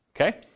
Okay